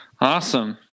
Awesome